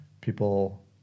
people